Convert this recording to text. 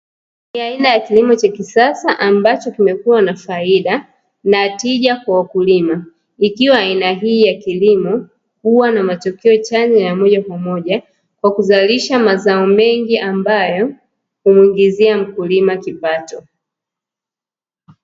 Ni aina ya kilimo cha kisasa ambacho kimekuwa na faida na tija kwa wakulima. Ikiwa aina hii ya kilimo huwa na matokeo chanya ya moja kwa moja, kwa kuzalisha mazao mengi ambayo humuongezea mkulima kipato.